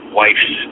wife's